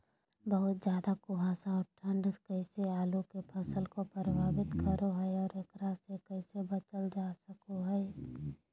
बहुत ज्यादा कुहासा और ठंड कैसे आलु के फसल के प्रभावित करो है और एकरा से कैसे बचल जा सको है?